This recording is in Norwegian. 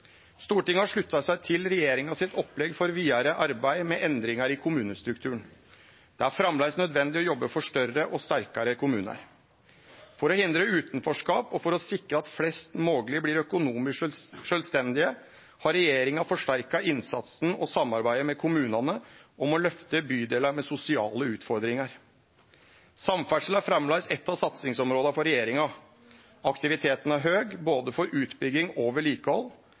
Stortinget har slutta seg til regjeringa sitt opplegg for vidare arbeid med endringar i kommunestrukturen. Det er framleis nødvendig å jobbe for større og sterkare kommunar. For å hindre utanforskap og for å sikre at flest mogleg blir økonomisk sjølvstendige, har regjeringa forsterka innsatsen og samarbeidet med kommunane om å løfte bydelar med sosiale utfordringar. Samferdsel er framleis eit av satsingsområda for regjeringa. Aktiviteten er høg for både utbygging og vedlikehald.